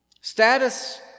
Status